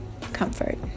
comfort